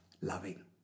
loving